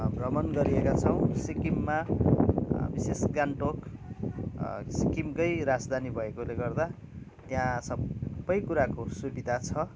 भ्रमण गरिएका छौँ सिक्किममा बिशेष गान्तोक सिक्किमकै राजधानी भएकोले गर्दा त्यहाँ सबै कुराको सुविधा छ